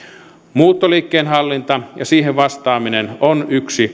muuttoliikkeen hallinta ja siihen vastaaminen on yksi